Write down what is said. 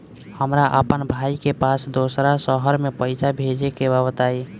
हमरा अपना भाई के पास दोसरा शहर में पइसा भेजे के बा बताई?